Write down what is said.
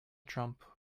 trump